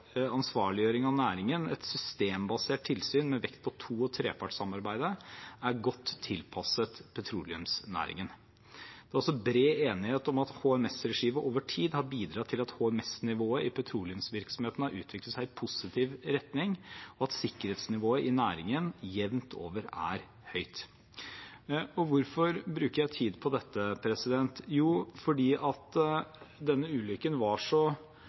ansvarliggjøring av næringen, et systembasert tilsyn med vekt på to- og trepartssamarbeidet, er godt tilpasset petroleumsnæringen. Det er også bred enighet om at HMS-regimet over tid har bidratt til at HMS-nivået i petroleumsvirksomheten har utviklet seg i positiv retning, og at sikkerhetsnivået i næringen jevnt over er høyt. Hvorfor bruker jeg tid på dette? Jo, fordi denne ulykken var så